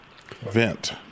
vent